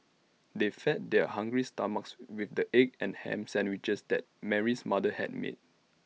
they fed their hungry stomachs with the egg and Ham Sandwiches that Mary's mother had made